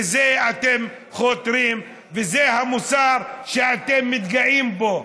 לזה אתם חותרים, וזה המוסר שאתם מתגאים בו.